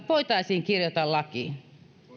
voitaisiin kirjata lakiin